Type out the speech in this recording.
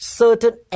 certain